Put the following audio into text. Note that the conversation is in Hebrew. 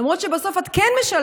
למרות שבסוף את כן משלמת.